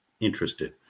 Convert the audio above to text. interested